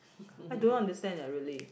I don't understand leh really